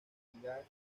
unidad